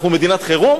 אנחנו מדינת חירום?